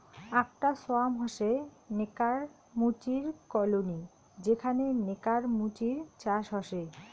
আকটা সোয়ার্ম হসে নেকার মুচির কলোনি যেখানে নেকার মুচির চাষ হসে